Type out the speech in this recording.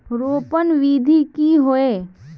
रोपण विधि की होय?